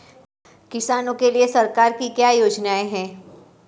किसानों के लिए सरकार की क्या योजनाएं हैं?